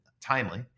timely